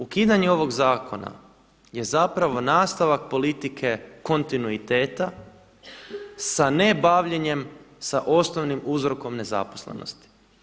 Ukidanje ovog zakona je zapravo nastavak politike kontinuiteta sa ne bavljenjem sa osnovnim uzrokom nezaposlenosti.